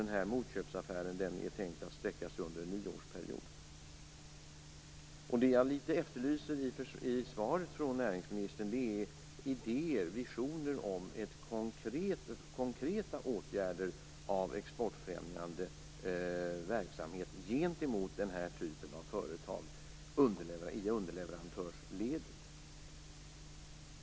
Den här motköpsaffären är tänkt att sträcka sig över en nioårsperiod. Det jag litet grand efterlyser i svaret från näringsministern är idéer och visioner om konkreta åtgärder av exportfrämjande verksamhet gentemot den här typen av företag i underleverantörsledet.